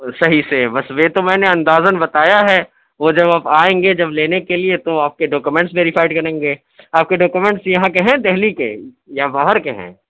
صحیح سے بس وہ تو میں نے اندازاً بتایا ہے وہ جب آپ آئیں گے جب لینے کے لیے تو آپ کے ڈاکومینٹس ویریفائڈ کریں گے آپ کے ڈاکومینٹس یہاں کے ہیں دہلی کے یا باہر کے ہیں